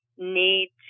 need